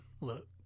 look